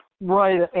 Right